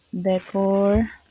decor